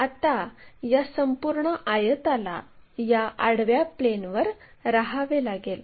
आता या संपूर्ण आयताला या आडव्या प्लेनवर राहावे लागेल